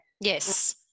Yes